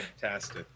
Fantastic